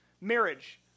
Marriage